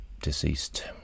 deceased